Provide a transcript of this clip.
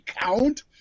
count